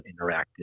interactive